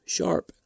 Sharp